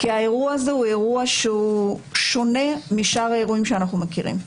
כי האירוע הזה הוא אירוע שונה משאר האירועים שאנחנו מכירים.